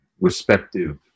respective